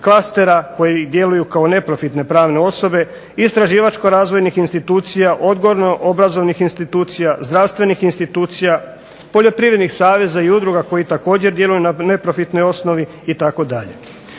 klastera koji djeluju kao neprofitne pravne osobe, istraživačko razvojnih institucija, odgojno obrazovnih institucija, zdravstvenih institucija, poljoprivrednih saveza i udruga koje također djeluju na neprofitnoj osnovi itd.